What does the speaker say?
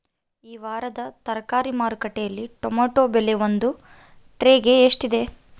ಈ ವಾರದ ತರಕಾರಿ ಮಾರುಕಟ್ಟೆಯಲ್ಲಿ ಟೊಮೆಟೊ ಬೆಲೆ ಒಂದು ಟ್ರೈ ಗೆ ಎಷ್ಟು?